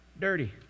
dirty